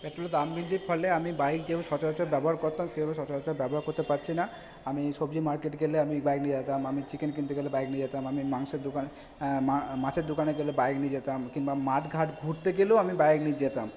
পেট্রোলের দাম বৃদ্ধি ফলে আমি বাইক দিয়ে সচরাচর ব্যবহার করতাম সে এবার সচরাচর ব্যবহার করতে পারচ্ছি না আমি সবজি মার্কেট গেলে আমি বাইক নিয়ে যেতাম আমি চিকেন কিনতে গেলে বাইক নিয়ে যেতাম আমি মাংসের দোকানে মাছের দোকানে গেলে বাইক নিয়ে যেতাম কিংবা মাঠঘাট ঘুরতে গেলেও আমি বাইক নিয়ে যেতাম